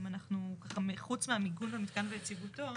חוץ ממיגון המתקן ויציבותו